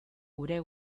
gure